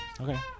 Okay